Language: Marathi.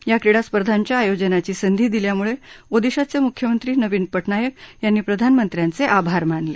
या क्रीडा स्पर्धांच्या आयोजनाची संधी दिल्यामुळे ओदिशाचे मुख्यमंत्री नवीन पज्ञायक यांनी प्रधानमंत्र्यांचे आभार मानले